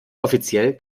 offiziell